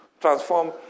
transform